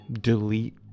delete